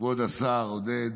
כבוד השר עודד,